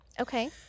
Okay